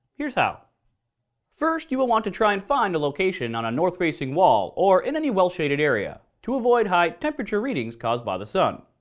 here's how first, you will want to try and find a location on a north-facing wall or in any well shaded area, to avoid high temperature readings caused by the sun.